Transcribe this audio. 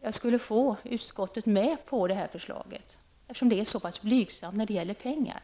jag skulle få utskottet med på det här förslaget, eftersom det är så blygsamt när det gäller pengar.